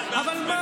מכונה משומנת,